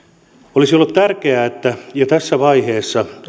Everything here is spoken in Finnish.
olisi ollut tärkeää että hallitus olisi jo tässä vaiheessa